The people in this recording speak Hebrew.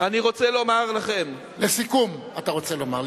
אני רוצה לומר לכם, לסיכום, אתה רוצה לומר.